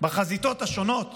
בחזיתות השונות